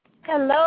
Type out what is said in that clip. Hello